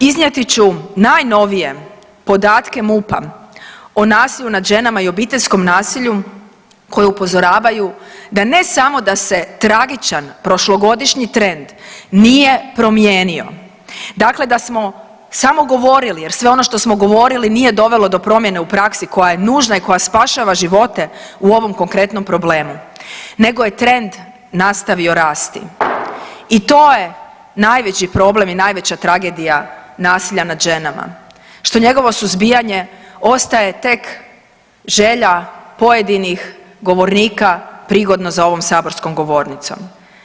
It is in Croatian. Iznijeti ću najnovije podatke MUP-a o nasilju nad ženama i obiteljskom nasilju koje upozoravaju da ne samo da se tragičan prošlogodišnji trend nije promijenio, dakle da smo samo govorili jer sve ono što smo govorili nije dovelo do promjene u praksi koja je nužna i koja spašava živote u ovom konkretnom problemu, nego je trend nastavio rasti i to je najveći problem i najveća tragedija nasilja nad ženama, što njegovo suzbijanje ostaje tek želja pojedinih govornika prigodno za ovom saborskom govornicom.